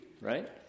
right